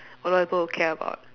a lot of people will care about